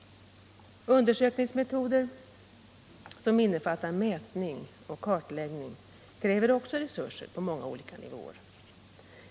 Undersökningsmetoder som innefattar mätning och kartläggning kräver också resurser på många olika nivåer.